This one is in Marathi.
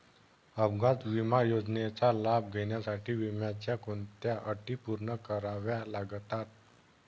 अपघात विमा योजनेचा लाभ घेण्यासाठी विम्याच्या कोणत्या अटी पूर्ण कराव्या लागतात?